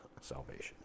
salvation